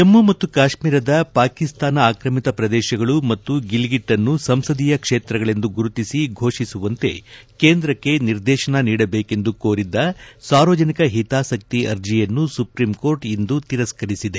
ಜಮ್ನು ಕಾಶ್ನೀರದ ಪಾಕಿಸ್ತಾನ ಆಕ್ರಮಿತ ಪ್ರದೇಶಗಳು ಮತ್ತು ಗಿಲ್ಗಿಟ್ನ್ನು ಸಂಸದೀಯ ಕ್ಷೇತ್ರಗಳೆಂದು ಗುರುತಿಸಿ ಘೋಷಿಸುವಂತೆ ಕೇಂದ್ರಕ್ಷೆ ನಿರ್ದೇತನ ನೀಡಬೇಕೆಂದು ಕೋರಿದ್ದ ಸಾರ್ವಜನಿಕ ಹಿತಾಸಕ್ತಿ ಅರ್ಜೆಯನ್ನು ಸುಪ್ರೀಂಕೋರ್ಟ್ ಇಂದು ತಿರಸ್ತರಿಸಿದೆ